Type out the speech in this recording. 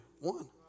one